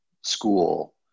school